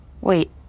Wait